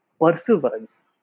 Perseverance